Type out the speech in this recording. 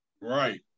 right